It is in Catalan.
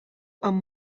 amb